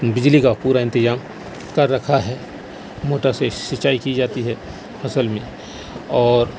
بجلی کا پورا انتجام کر رکھا ہے موٹر سے سینچائی کی جاتی ہے فصل میں اور